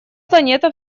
планета